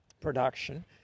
production